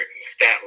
stat